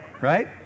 right